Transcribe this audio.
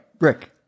Rick